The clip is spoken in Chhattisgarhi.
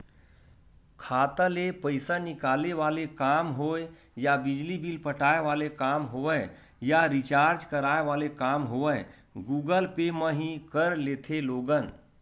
खाता ले पइसा निकाले वाले काम होय या बिजली बिल पटाय वाले काम होवय या रिचार्ज कराय वाले काम होवय गुगल पे म ही कर लेथे लोगन